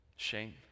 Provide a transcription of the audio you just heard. Shame